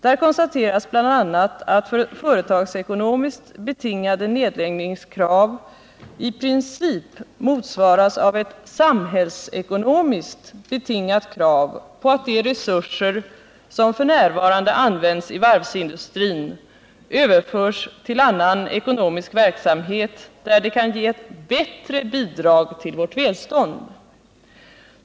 Där konstateras bl.a. att företagsekonomiskt betingade nedläggningskrav i princip motsvaras av ett samhällsekonomiskt betingat krav på att de resurser som f. n. används i varvsindustrin överförs till annan ekonomisk verksamhet, där de kan ge ett bättre bidrag till vårt välstånd.